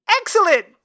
Excellent